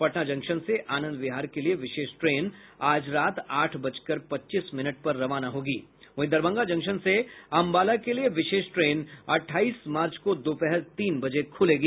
Patna junction से आनंद विहार के लिए विशेष ट्रेन आज रात आठ बजकर पच्चीस मिनट पर रवाना होगी वहीं दरभंगा जंक्शन से अम्बाला के लिए विशेष ट्रेन अठाईस मार्च को दोपहर तीन बजे खुलेगी